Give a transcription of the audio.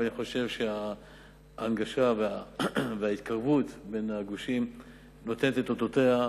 אני חושב שההנגשה וההתקרבות בין הגושים נותנות את אותותיהן,